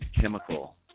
chemical